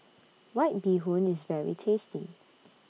White Bee Hoon IS very tasty